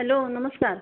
hello नमस्कार